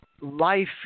life